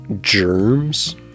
germs